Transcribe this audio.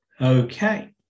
Okay